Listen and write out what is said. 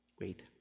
Wait